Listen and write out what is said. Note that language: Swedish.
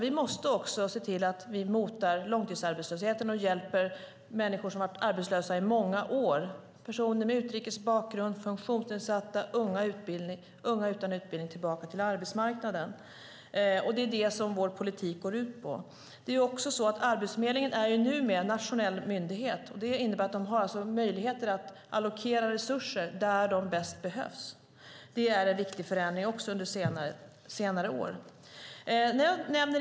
Vi måste också mota långtidsarbetslösheten och hjälpa människor som har varit arbetslösa i många år, till exempel personer med utrikes bakgrund, funktionsnedsatta och unga utan utbildning, tillbaka till arbetsmarknaden. Det är det som vår politik går ut på. Arbetsförmedlingen är numera en nationell myndighet. Det innebär att de har möjligheter att allokera resurser där de bäst behövs. Det är också en viktig förändring under senare år.